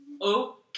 Okay